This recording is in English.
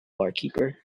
barkeeper